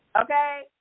okay